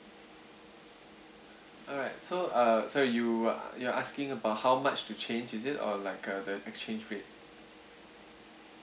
alright so uh sorry you uh you're asking about how much to change is it or like uh the exchange rate